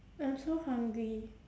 I'm so hungry